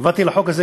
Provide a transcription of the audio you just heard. עבדתי על החוק הזה,